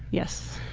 yes.